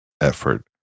effort